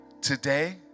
Today